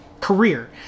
career